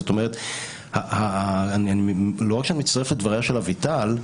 זאת אומרת, אני מצטרף לדבריה של אביטל.